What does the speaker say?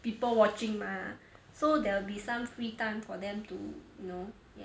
people watching mah so there'll be some free time for them to you know yeah